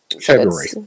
February